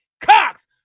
Cox